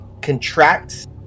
contracts